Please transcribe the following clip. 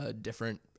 different